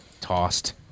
tossed